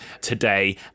today